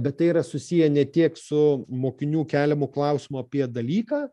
bet tai yra susiję ne tiek su mokinių keliamu klausimu apie dalyką